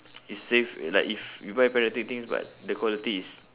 it's safe like if you buy pirated things but the quality is